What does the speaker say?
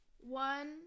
one